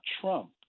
Trump